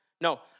no